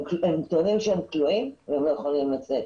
הם טוענים שהם כלואים והם לא יכולים לצאת.